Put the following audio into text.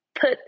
put